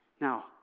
Now